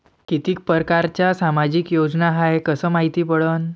कितीक परकारच्या सामाजिक योजना हाय कस मायती पडन?